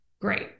great